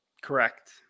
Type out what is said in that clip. Correct